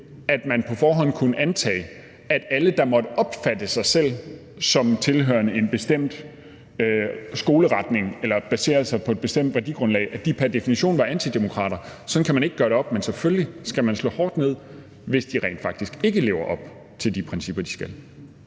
at man på forhånd kunne antage, at alle, der måtte opfatte sig selv som tilhørende en bestemt skoleretning eller baserede sig på et bestemt værdigrundlag, pr. definition var antidemokrater. Sådan kan man ikke gøre det op. Men selvfølgelig skal man slå hårdt ned, hvis de rent faktisk ikke lever op til de principper, de skal.